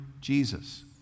Jesus